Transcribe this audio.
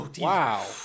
Wow